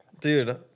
Dude